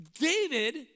David